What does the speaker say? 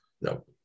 no